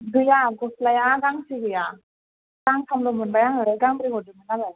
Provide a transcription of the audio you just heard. गैया गस्लाया गांसे गैया गांथामल' मोनबाय आङो गांब्रै हरदोंमोन आङो